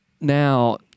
now